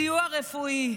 סיוע רפואי.